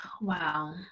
Wow